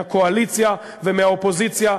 מהקואליציה ומהאופוזיציה.